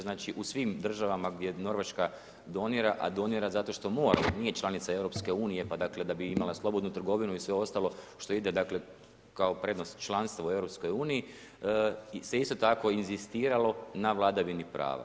Znači u svim državama gdje je Norveška donira, a donira zato što mora jer nije članica EU pa dakle da bi imala slobodnu trgovinu i sve ostalo što ide kao prednost članstva u EU se isto tako inzistiralo na vladavini prava.